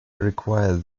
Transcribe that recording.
require